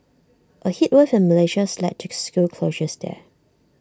A heat wave in Malaysia has led to school closures there